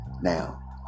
Now